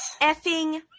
effing